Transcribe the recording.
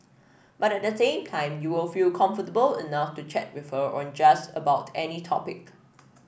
but at the same time you will feel comfortable enough to chat with her on just about any topic